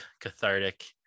cathartic